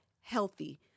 healthy